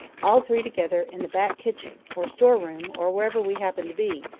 all three together, in the back-kitchen, or store-room, or wherever we happened to be,